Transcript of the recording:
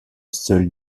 seul